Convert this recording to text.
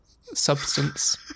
substance